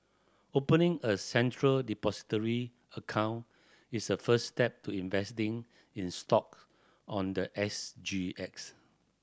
opening a Central Depository account is the first step to investing in stock on the S G X